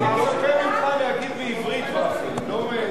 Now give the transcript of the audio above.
אני מצפה ממך להגיד בעברית ופל, ולא,